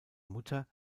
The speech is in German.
mutter